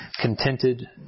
contented